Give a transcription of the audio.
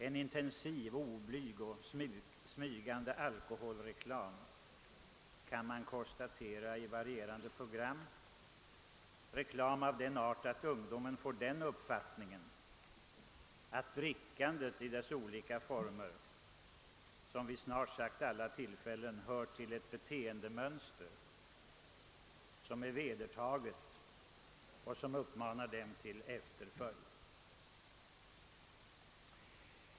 En intensiv, oblyg och smygande alkoholreklam kan konstateras i program av varierande slag. Reklamen är av sådan art att de unga får den uppfattningen att drickandet i dess olika former och vid snart sagt alla tillfällen hör till ett beteendemönster, som är vedertaget, och det lockar dem till efterföljd.